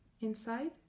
inside